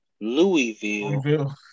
Louisville